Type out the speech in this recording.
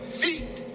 feet